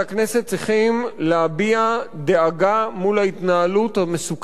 צריכים להביע דאגה מול ההתנהלות המסוכנת הזו